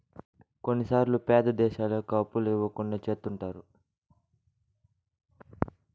కొన్నిసార్లు పేద దేశాలకు అప్పులు ఇవ్వకుండా చెత్తుంటారు